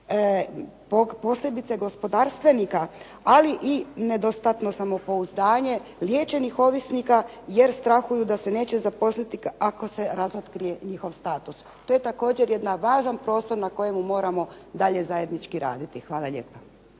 posebice gospodarstvenika, ali i nedostatno samopouzdanje liječenih ovisnika, jer strahuju da se neće zaposliti ako se razotkrije njihov status. To je također jedan važan prostor na kojemu moramo dalje zajednički raditi. Hvala lijepa.